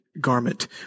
garment